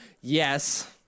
yes